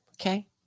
Okay